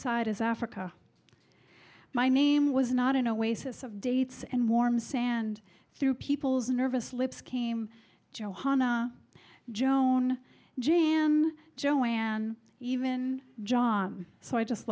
side is africa my name was not in a way sis of dates and warm sand through people's nervous lips came johannah joan j m joanne even john so i just